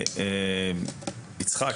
יצחק,